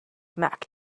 mac